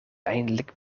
eindelijk